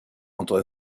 entre